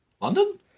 London